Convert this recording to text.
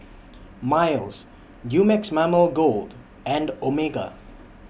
Miles Dumex Mamil Gold and Omega